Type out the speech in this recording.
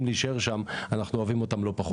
להישאר שם אנחנו אוהבים אותם לא פחות.